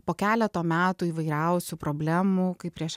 po keleto metų įvairiausių problemų kai prieš